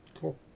Cool